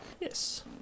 Yes